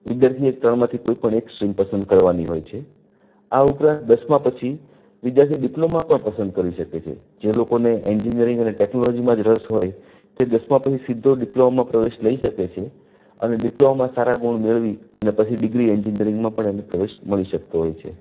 વિદ્યાર્થીએ ત્રણમાંથી કોઈપણ એક સ્ટ્રીમ પસંદ કરવાની હોય છે આ ઉપરાંત દસમા પછી વિધાર્થી ડિપ્લોમા પણ પસંદ કરી શકે છે જે લોકોને એન્જિનિયરિંગ અને ટેક્નોલોજીમાં જ રસ હોય તે દસમા પછી સીધો ડિપ્લોમામાં પ્રવેશ લઈ શકે છે અને ડિપ્લોમામાં સારા ગુણ મેળવી અને પછી ડિગ્રી એન્જિનિયરિંગમાં પણ એનું એને પ્રવેશ મળી શકતો હોય છે